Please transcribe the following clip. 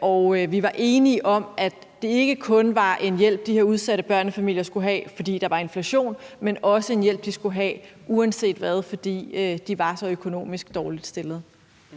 og vi var enige om, at det ikke kun var en hjælp, de her udsatte børnefamilier skulle have, fordi der var inflation, men det var også en hjælp, de skulle have uanset hvad, fordi de var så økonomisk dårligt stillede.